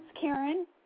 Karen